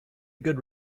good